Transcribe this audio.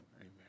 amen